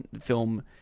film